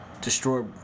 destroy